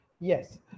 Yes